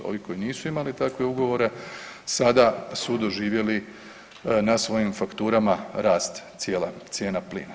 Ovi koji nisu imali takve ugovore sada su doživjeli na svojim fakturama rast cijena plina.